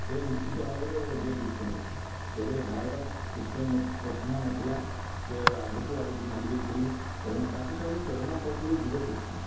ସେ ନିଶ୍ଚିନ୍ତ ଭାବରେ ଜୟଯୁକ୍ତ ହେବେ କେବେ ହାର୍ବାର କୋଶ୍ଚିନ୍ ପ୍ରଶ୍ନ ନଥିଲା ସିଏ ଆଗକୁ ଆଗକୁ ମାଡ଼ି ଯାଉଥିଲେ ଏବଂ ତାଙ୍କଠାରୁ ପ୍ରେରଣା ପାଉଥିଲେ ଯୁବଗୋଷ୍ଠି